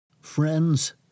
Friends